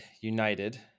United